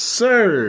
sir